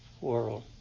world